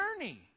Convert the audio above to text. journey